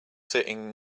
sitting